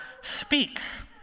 speaks